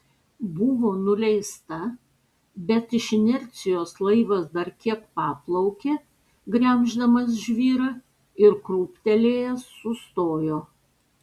buvo nuleista bet iš inercijos laivas dar kiek paplaukė gremždamas žvyrą ir krūptelėjęs sustojo